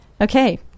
Okay